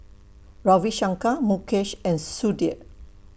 Ravi Shankar Mukesh and Sudhir